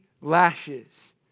lashes